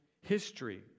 history